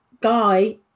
guy